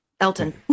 Elton